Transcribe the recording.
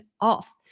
off